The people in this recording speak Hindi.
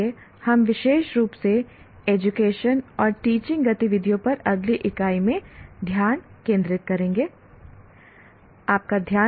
इसलिए हम विशेष रूप से एजुकेशन और टीचिंग गतिविधियों पर अगली इकाई में ध्यान केंद्रित करेंगे